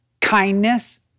kindness